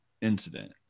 incident